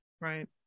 Right